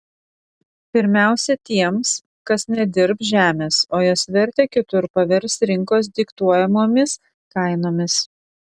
pirmiausia tiems kas nedirbs žemės o jos vertę kitur pavers rinkos diktuojamomis kainomis